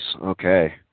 Okay